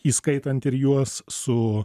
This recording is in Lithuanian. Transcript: įskaitant ir juos su